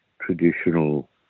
traditional